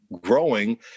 growing